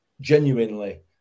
Genuinely